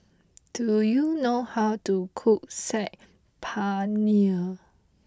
do you know how to cook Saag Paneer